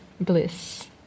bliss